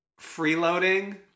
freeloading